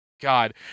God